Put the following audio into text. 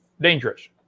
dangerous